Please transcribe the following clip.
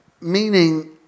Meaning